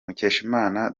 mukeshimana